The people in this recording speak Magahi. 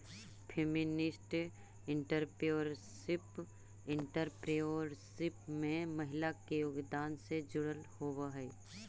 फेमिनिस्ट एंटरप्रेन्योरशिप एंटरप्रेन्योरशिप में महिला के योगदान से जुड़ल होवऽ हई